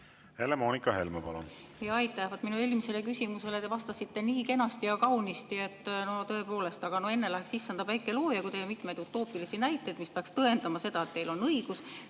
Helle-Moonika Helme, palun! Aitäh! Minu eelmisele küsimusele te vastasite nii kenasti ja kaunisti, tõepoolest, aga enne läheks issanda päike looja, kui teie mitmeid utoopilisi näiteid, mis peaksid tõendama seda, et teil on õigus,